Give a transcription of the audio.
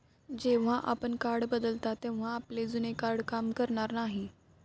जेव्हा आपण कार्ड बदलता तेव्हा आपले जुने कार्ड काम करणार नाही